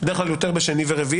בדרך כלל יותר בשני ורביעי.